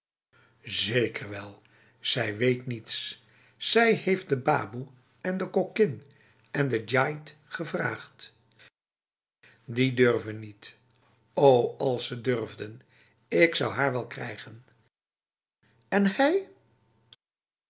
zeker wel zij weet niets zij heeft de baboe en de kokkin en de djait gevraagd die durven niet o als ze durfden ik zou haar wel krijgen en hij